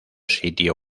sitio